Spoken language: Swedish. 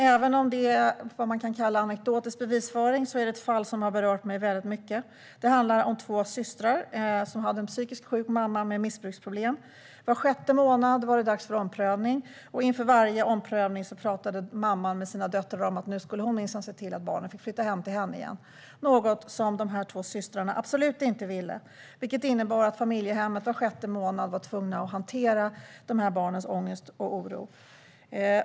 Även om det är vad man kan kalla anekdotisk bevisföring är det ett fall som berört mig väldigt mycket. Det handlar om två systrar som hade en psykiskt sjuk mamma med missbruksproblem. Var sjätte månad var det dags för omprövning. Inför varje omprövning pratade mamman med sina döttrar och sa att nu skulle hon minsann se till att barnen fick flytta hem till henne igen, något som de två systrarna absolut inte ville. Det innebar att familjehemmet var sjätte månad var tvunget att hantera barnens ångest och oro.